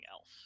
else